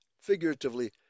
figuratively